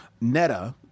Netta